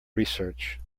research